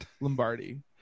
Lombardi